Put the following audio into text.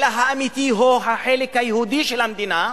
אלא האמיתי הוא החלק היהודי של המדינה,